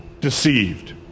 deceived